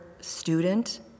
student